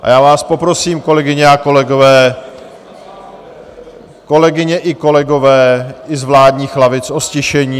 A já vás poprosím, kolegyně a kolegové, kolegyně i kolegové, i z vládních lavic o ztišení.